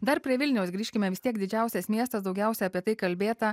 dar prie vilniaus grįžkime vis tiek didžiausias miestas daugiausiai apie tai kalbėta